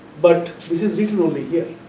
but this is written only here.